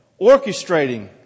orchestrating